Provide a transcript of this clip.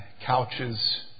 couches